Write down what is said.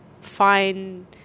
find